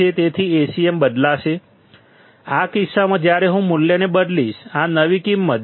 તેથી Acm બદલાશે આ કિસ્સામાં જ્યારે હું મૂલ્યને બદલીશ આ નવી કિંમત 0